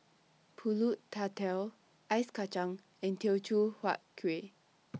Pulut Tatal Ice Kachang and Teochew Huat Kuih